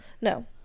no